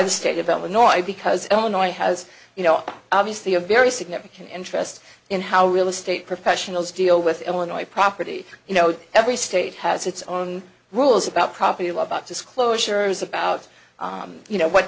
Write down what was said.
the state of illinois because no noise has you know obviously a very significant interest in how real estate professionals deal with illinois property you know every state has its own rules about property law about disclosures about you know what